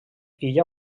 illa